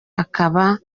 akaba